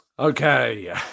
Okay